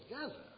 together